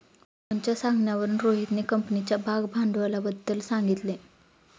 मोहनच्या सांगण्यावरून रोहितने कंपनीच्या भागभांडवलाबद्दल सांगितले